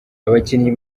abakinnyi